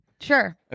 Sure